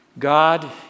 God